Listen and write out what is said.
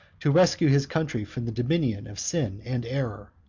to rescue his country from the dominion of sin and error.